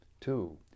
Two